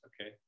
Okay